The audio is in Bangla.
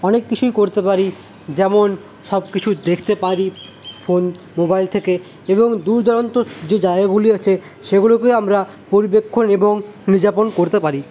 অনেক কিছুই করতে পারি যেমন সব কিছু দেখতে পারি ফোন মোবাইল থেকে এবং দূর দূরান্ত যে জায়গাগুলি আছে সেগুলোকেও আমরা এবং করতে পারি